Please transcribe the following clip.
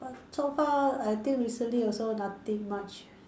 but so far I think recently also nothing much